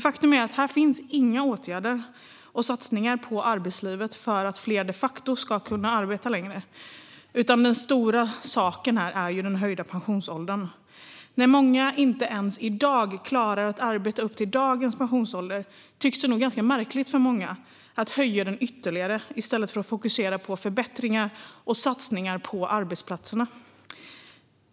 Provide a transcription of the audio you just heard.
Faktum är att här inte finns några åtgärder eller satsningar på arbetslivet för att fler de facto ska kunna arbeta längre, utan den stora saken här är den höjda pensionsåldern. När många inte ens klarar att arbeta upp till dagens pensionsålder tycks det nog ganska märkligt för många att höja den ytterligare i stället för att fokusera på förbättringar och satsningar på arbetsplatserna.